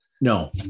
no